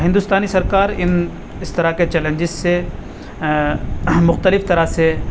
ہندوستانی سرکار ان اس طرح کے چیلنجز سے مختلف طرح سے